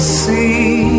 see